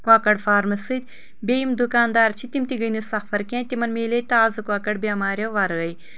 کۄکر farm سۭتۍ بییٚہِ یِم دُکاندار چھِ تِم تہِ گٔے نہٕ سفر کینٛہہ تمن مِلے تازٕ کۄکر بٮ۪مارٮ۪و ورٲے